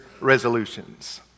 resolutions